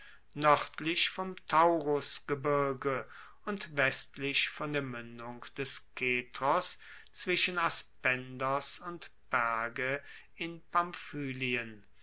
noerdlich vom taurusgebirge und westlich von der muendung des kestros zwischen aspendos und perge in